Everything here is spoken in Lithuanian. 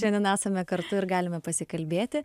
šiandien esame kartu ir galime pasikalbėti